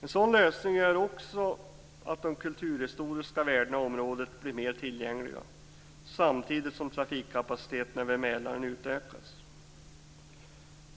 En sådan lösning gör också att de kulturhistoriska värdena i området blir mer tillgängliga, samtidigt som trafikkapaciteten över Mälaren utökas.